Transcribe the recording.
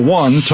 one